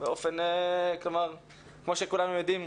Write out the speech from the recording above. כמו שכולנו יודעים,